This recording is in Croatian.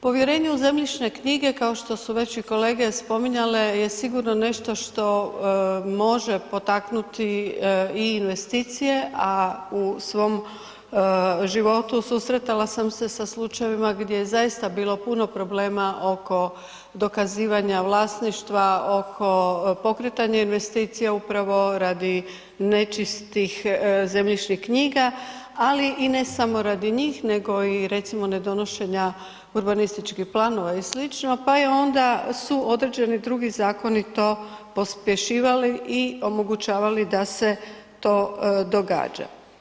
Povjerenje u zemljišne knjige kao što su već i kolege spominjale je sigurno nešto što može potaknuti i investicije a u svom životu susretala sam se sa slučajevima gdje je zaista bilo puno problema oko dokazivanja vlasništva, oko pokretanja investicija upravo radi nečistih zemljišnih knjiga ali i ne samo radi njih nego recimo nedonošenja urbanističkih planova i sl., pa su određeni drugi zakoni to pospješivali i omogućavali da se to događa.